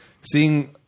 seeing